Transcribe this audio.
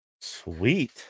Sweet